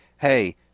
hey